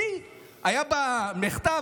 השיא היה במכתב,